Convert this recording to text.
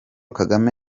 kagame